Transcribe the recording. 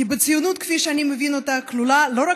כי בציונות כפי שאני מבין אותה כלולה לא רק